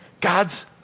God's